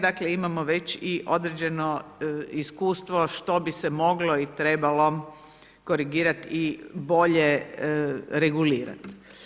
Dakle, imamo već i određeno iskustvo što bi se moglo i trebalo korigirati i bolje regulirati.